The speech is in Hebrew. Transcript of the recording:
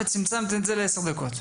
וצמצמת את זה לעשר דקות.